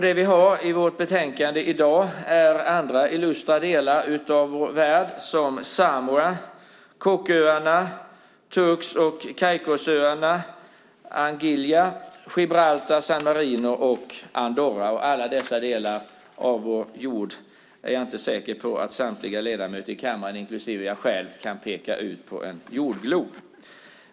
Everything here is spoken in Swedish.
Det vi behandlar i våra betänkanden i dag är andra illustra delar av vår värld, nämligen Samoa, Cooköarna, Turks och Caicosöarna, Anguilla, Gibraltar, San Marino och Andorra. Alla dessa delar av vår jord är jag inte säker på att samtliga ledamöter i kammaren, inklusive jag själv, kan peka ut på en jordglob.